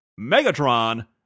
Megatron